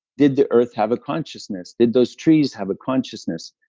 did the earth have a consciousness? did those trees have a consciousness?